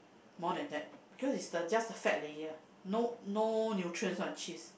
more than that because is the just a fat layer no no nutrients one cheese